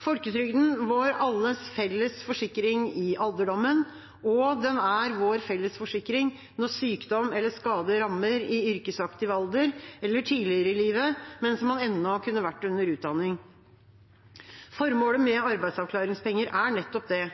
Folketrygden er vår felles forsikring i alderdommen, og den er vår felles forsikring når sykdom eller skade rammer i yrkesaktiv alder eller tidligere i livet, mens man ennå kunne vært under utdanning. Formålet med arbeidsavklaringspenger er nettopp